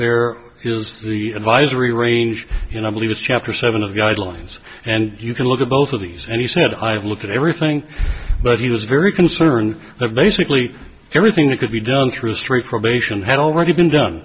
there is the advisory range and i believe it's chapter seven of the guidelines and you can look at both of these and he said i've looked at everything but he was very concerned of basically everything that could be done through straight probation had already been done